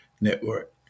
network